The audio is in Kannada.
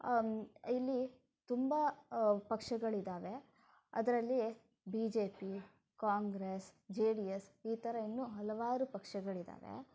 ಇಲ್ಲಿ ತುಂಬ ಪಕ್ಷಗಳಿದ್ದಾವೆ ಅದರಲ್ಲಿ B J P Congress J D S ಈ ಥರ ಇನ್ನೂ ಹಲವಾರು ಪಕ್ಷಗಳಿದ್ದಾವೆ